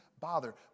bother